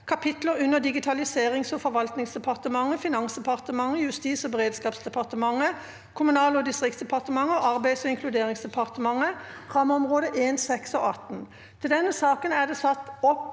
kapit ler under Digitaliserings- og forvaltningsdepartementet, Finansdepartementet, Justis- og beredskapsdepartementet, Kommunal- og distriktsdepartementet og Arbeids- og inkluderingsdepartementet (rammeområdene 1, 6 og 18) (Innst. 16